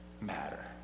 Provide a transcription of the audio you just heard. matter